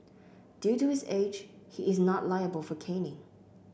due to his age he is not liable for caning